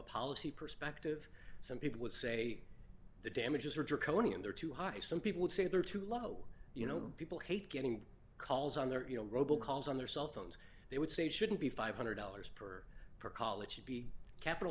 policy perspective some people would say the damages are draconian they're too high some people would say they're too low you know people hate getting calls on their you know robo calls on their cell phones they would say shouldn't be five hundred dollars per per call it should be capital